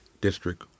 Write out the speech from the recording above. district